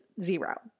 zero